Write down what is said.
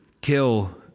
kill